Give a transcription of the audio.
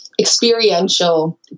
experiential